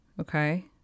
Okay